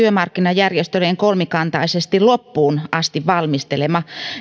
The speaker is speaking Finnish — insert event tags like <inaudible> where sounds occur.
<unintelligible> työmarkkinajärjestöjen kolmikantaisesti loppuun asti valmistelema